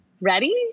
ready